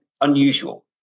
unusual